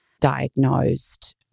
diagnosed